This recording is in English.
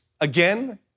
again